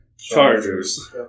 Chargers